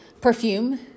perfume